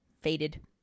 faded